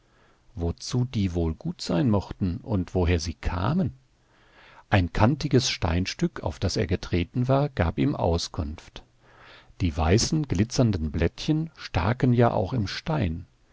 wozu die wohl gut sein mochten und woher sie kamen ein kantiges steinstück auf das er getreten war gab ihm auskunft die weißen glitzernden blättchen staken ja auch im stein